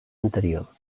anterior